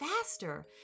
faster